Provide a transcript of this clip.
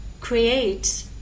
create